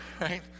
Right